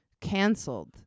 canceled